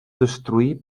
destruir